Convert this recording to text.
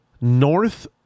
north